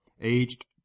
aged